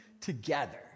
together